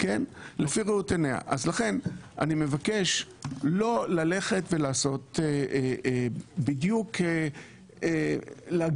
אז לכן אני מבקש לא ללכת ולהגיד לכנסת: